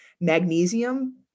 magnesium